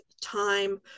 time